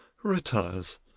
Retires